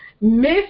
miss